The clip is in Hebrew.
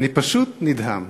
אני פשוט נדהם.